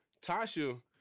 Tasha